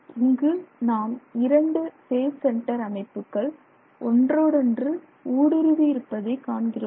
இங்கு நாம் 2 face centre அமைப்புகள் ஒன்றோடொன்று ஊடுருவி இருப்பதை காண்கிறோம்